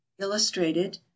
illustrated